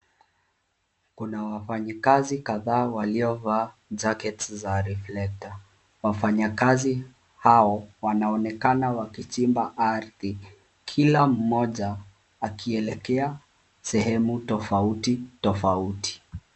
Kuna wafanyikazi kadhaa waliovaa jackets za reflector . Wafanyikazi hao wanaonekana wakichimba ardhi, kila mmoja akielekea sehemu tofauti tofauti.